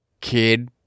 kid